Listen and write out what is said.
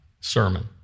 sermon